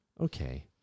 Okay